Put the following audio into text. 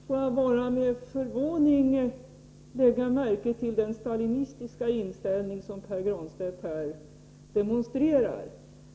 Herr talman! Jag lägger med förvåning märke till den stalinistiska inställning som Pär Granstedt demonstrerar.